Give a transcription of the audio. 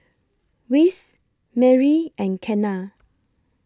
Wess Merri and Kenna